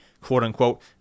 quote-unquote